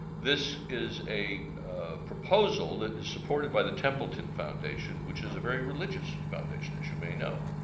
this is a proposal that is supported by the templeton foundation, which is a very religious foundation as you may know.